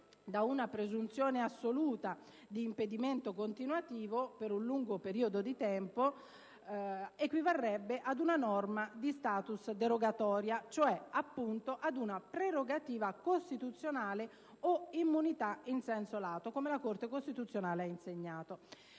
una presunzione assoluta di impedimento continuativo per un lungo periodo di tempo equivarrebbe ad una norma di *status* derogatoria, cioè appunto ad una prerogativa costituzionale o immunità in senso lato, come la Corte costituzionale ha insegnato.